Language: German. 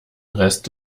rest